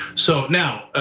so now,